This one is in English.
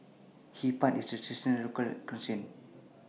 Hee Pan IS Traditional Local Cuisine